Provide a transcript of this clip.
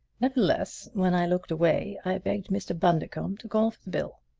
nevertheless, when i looked away i begged mr. bundercombe to call for the bill.